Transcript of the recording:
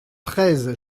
treize